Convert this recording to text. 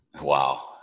Wow